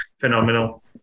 phenomenal